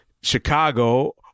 Chicago